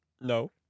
No